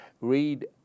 Read